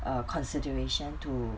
err consideration to